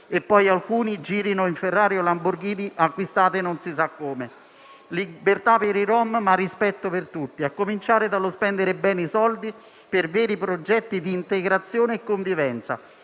e poi alcuni girino in Ferrari o Lamborghini acquistate non si sa come. Libertà per i rom, ma rispetto per tutti, a cominciare dallo spendere bene i soldi per veri progetti di integrazione e convivenza,